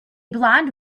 blond